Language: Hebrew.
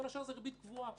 כל השאר זה ריבית קבועה.